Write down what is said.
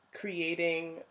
creating